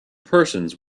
persons